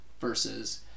versus